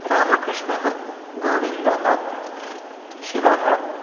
रामकृष्णः गोविन्दः शिवः